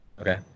Okay